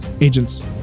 Agents